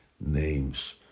names